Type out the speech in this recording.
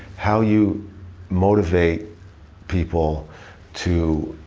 how you motivate people to.